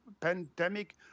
pandemic